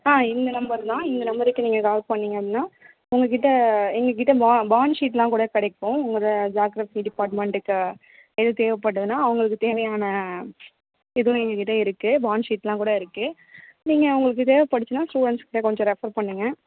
ஆ இந்த நம்பர் தான் இந்த நம்பருக்கு நீங்கள் கால் பண்ணிணீங்க அப்படின்னா உங்கள்கிட்ட எங்கள்கிட்ட பா பாண்ட்ஷீட்டெலாம் கூட கிடைக்கும் உங்களோட ஜாக்ரஃபி டிபார்ட்மெண்ட்டுக்கு ஏதும் தேவப்பட்டுதுன்னால் அவங்களுக்கு தேவையான இதுவும் எங்கள்கிட்ட இருக்குது பாண்ட் ஷீட்டெலாம் கூட இருக்குது நீங்கள் உங்களுக்கு தேவைப்பட்டுச்சுன்னா ஸ்டூடண்ட்ஸ் கிட்ட கொஞ்சம் ரெஃபர் பண்ணுங்க